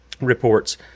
reports